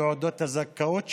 תעודות הזכאות שלהם,